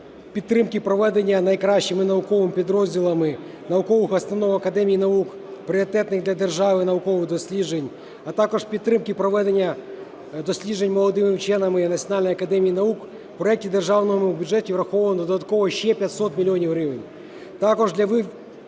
підтримки і проведення найкращими науковими підрозділами наукових установ Академії наук пріоритетних для держави наукових досліджень, а також підтримки проведення досліджень молодими вченими Національної академії наук у проекті Державного бюджету враховано ще 500 мільйонів